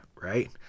right